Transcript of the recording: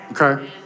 Okay